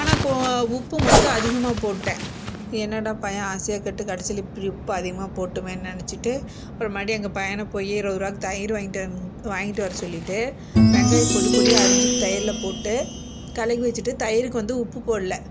ஆனால் கோ உப்பு மட்டும் அதிகமாக போட்டேன் என்னடா பையன் ஆசையாக கேட்டு கடைசியில் இப்படி உப்பை அதிகமாக போட்டேமேனு நினைச்சிட்டு அப்பறம் மறுபடி எங்கள் பையனை போய் இருபது ருபாய்க்கு தயிர் வாங்கிட்டு வந் வாங்கிட்டு வர சொல்லிவிட்டு வெங்காயம் பொடிப்பொடியாக அரிஞ்சு தயிரில் போட்டு கலக்கி வச்சுட்டு தயிருக்கு வந்து உப்பு போடல